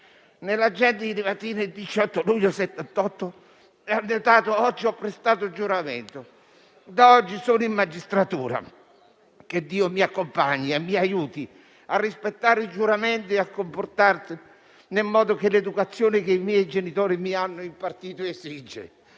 Nell'agenda di Livatino il 18 luglio 1978 è annotato: «Oggi ho prestato giuramento; da oggi sono in Magistratura». «Che Iddio mi accompagni e mi aiuti a rispettare il giuramento e a comportarmi nel modo che l'educazione, che i miei genitori mi hanno impartito, esige».